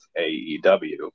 AEW